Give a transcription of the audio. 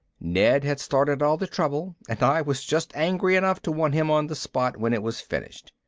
ned had started all the trouble and i was just angry enough to want him on the spot when it was finished.